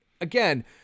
again